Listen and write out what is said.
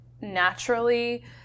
naturally